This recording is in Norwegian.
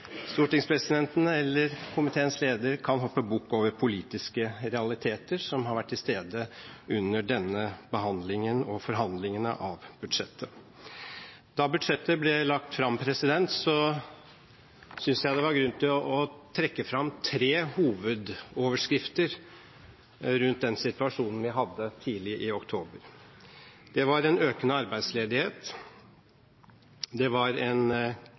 stortingspresidenten eller komiteens leder – kan hoppe bukk over politiske realiteter som har vært til stede under denne behandlingen av og forhandlingene om budsjettet. Da budsjettet ble lagt fram, syntes jeg det var grunn til å trekke fram tre hovedoverskrifter rundt den situasjonen vi hadde tidlig i oktober. Det var en økende arbeidsledighet, det var en